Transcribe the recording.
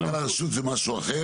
מנכ"ל הרשות זה משהו אחר.